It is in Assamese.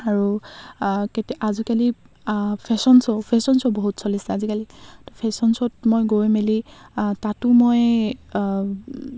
আৰু কেতিয়া আজিকালি ফেশ্বন শ্ব' ফেশ্বন শ্ব' বহুত চলিছে আজিকালি ত' ফেশ্বন শ্ব'ত মই গৈ মেলি তাতো মই